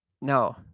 No